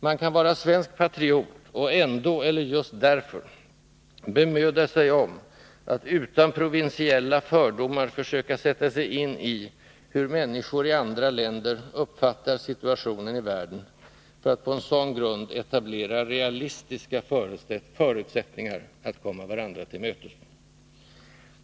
Man kan vara svensk patriot och ändå — eller just därför — bemöda sig om att utan provinsiella fördomar försöka sätta sigin i hur människor i andra länder uppfattar situationen i världen, för att på en sådan grund försöka etablera realistiska förutsättningar att komma varandra till mötes.